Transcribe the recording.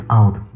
out